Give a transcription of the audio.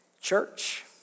Church